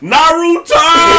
Naruto